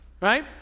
Right